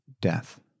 death